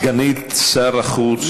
סגנית שר החוץ,